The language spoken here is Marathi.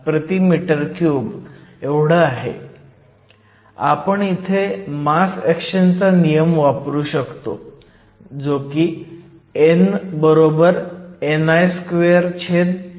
आपण इथे मास ऍक्शनचा नियम वापरू शकतो n ni2p